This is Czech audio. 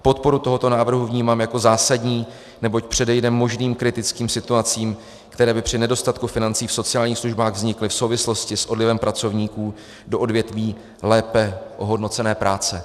Podporu tohoto návrhu vnímám jako zásadní, neboť předejde možným kritickým situacím, které by při nedostatku financí v sociálních službách vznikly v souvislosti s odlivem pracovníků do odvětví lépe ohodnocené práce.